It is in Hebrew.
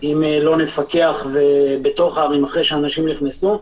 אם לא נפקח בערים אחרי שאנשים נכנסו,